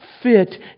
fit